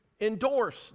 endorse